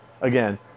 Again